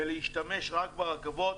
ולהשתמש רק ברכבות,